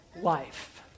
life